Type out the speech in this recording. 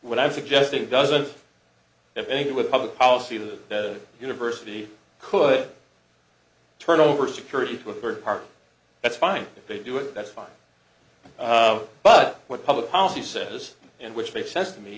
what i'm suggesting doesn't have any do with public policy the university could turn over security to a third party that's fine if they do it that's fine but what public policy says and which makes sense to me